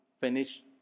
finish